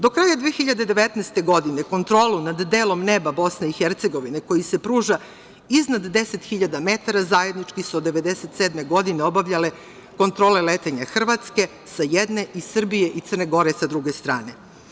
Do kraja 2019. godine kontrolu nad delom neba BiH, koji se pruža iznad 10.000 metara, zajednički su 1997. godine obavljale kontrole letenja Hrvatske sa jedne i Srbije i Crne Gore sa druge strane.